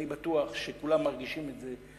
ואני בטוח שכולם מרגישים את זה.